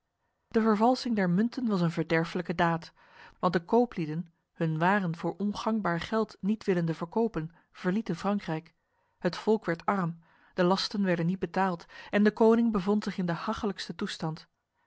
de vervalsing der munten was een verderfelijke daad want de kooplieden hun waren voor ongangbaar geld niet willende verkopen verlieten frankrijk het volk werd arm de lasten werden niet betaald en de koning bevond zich in de hachelijkste toestand